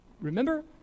Remember